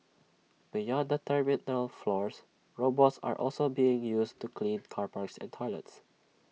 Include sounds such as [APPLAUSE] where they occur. beyond the terminal floors robots are also being used to clean [NOISE] car parks and toilets